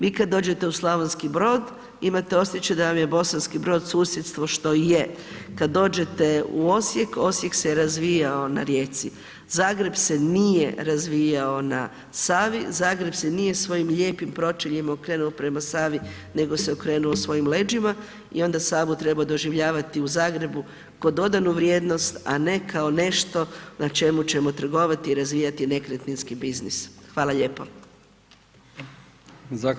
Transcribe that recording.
Vi kad dođete u Slavonski Brod, imate osjećaj da vam je Bosanski Brod susjedstvo što je, kad dođete u Osijek, Osijek se razvijao na rijeci, Zagreb se nije razvijao na Savi, Zagreb se nije svojim lijepim pročeljima okrenuo prema Savi nego se okrenuo svojim leđima i onda Savu treba doživljavati u Zagrebu kao dodanu vrijednost a ne kao nešto na čemu ćemo trgovati i razvijati nekretninski biznis, hvala lijepo.